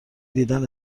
دیدن